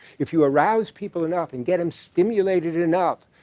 if you arouse people enough and get them stimulated and enough,